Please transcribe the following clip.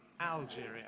Algeria